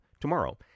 Tomorrow